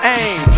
aim